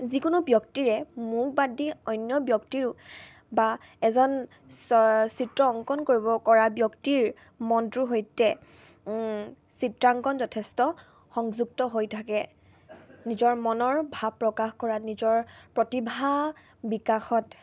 যিকোনো ব্যক্তিৰে মোক বাদ দি অন্য ব্যক্তিৰো বা এজন চিত্ৰ অংকন কৰিব পৰা ব্যক্তিৰ মনটোৰ সৈতে চিত্ৰাংকণ যথেষ্ট সংযুক্ত হৈ থাকে নিজৰ মনৰ ভাৱ প্ৰকাশ কৰা নিজৰ প্ৰতিভা বিকাশত